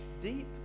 deep